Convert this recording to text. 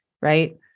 right